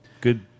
good